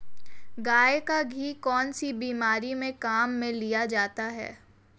गाय का घी कौनसी बीमारी में काम में लिया जाता है?